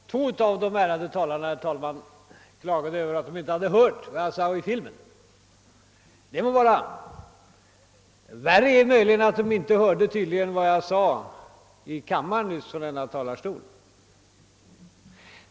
Herr talman! Två av de ärade talarna klagade över att de inte hört vad jag sade i filmen. Det må så vara; värre är möjligen att de inte hörde vad jag sade i kammaren nyss från denna talarstol.